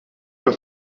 were